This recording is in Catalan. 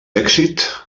èxit